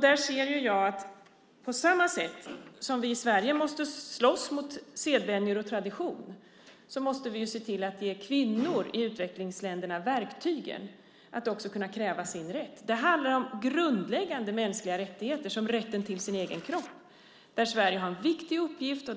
Där ser jag att på samma sätt som vi i Sverige måste slåss mot sedvänjor och tradition måste vi se till att ge kvinnor i utvecklingsländerna verktyg att kunna kräva sin rätt. Det handlar om grundläggande mänskliga rättigheter som rätten till sin egen kropp, där Sverige har en viktig uppgift.